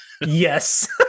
Yes